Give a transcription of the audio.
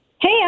Hey